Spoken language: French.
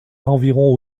environ